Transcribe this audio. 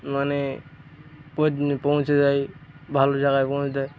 মানে পোছ পৌঁছে দেয় ভালো জায়গায় পৌঁছে দেয়